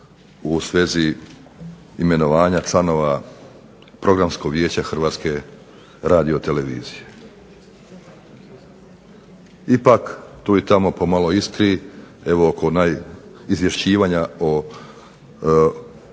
u svezi imenovanja članova Programskog vijeća Hrvatske radiotelevizije. Ipak tu i tamo pomalo isti, evo oko …/Ne razumije se./…